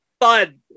fun